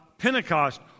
Pentecost